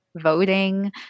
voting